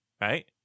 right